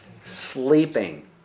Sleeping